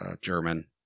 German